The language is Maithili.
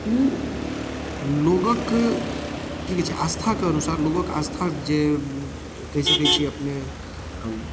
ओ लोगके कि कहै छै आस्था के अनुसार लोगके आस्था जे कहि सकै छियै अपने